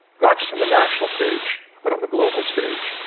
not just on the national stage, but on the global stage.